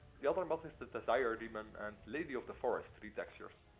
the other and mod is the desire demon and lady of the forest retextures.